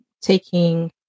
taking